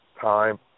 Time